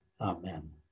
Amen